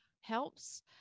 helps